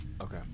Okay